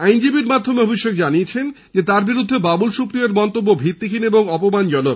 আইনজীবীর মাধ্যমে অভিষেক জানিয়েছেন তার বিরুদ্ধে বাবুল সুপ্রিয়র মন্তব্য ভিত্তিহীন এবং অপমানজনক